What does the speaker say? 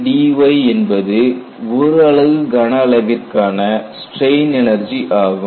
Wdy என்பது ஒரு அலகு கன அளவிற்கான ஸ்ட்ரெயின் எனர்ஜி ஆகும்